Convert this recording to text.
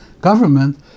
government